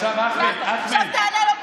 עכשיו תענה לו ברצינות.